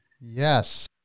Yes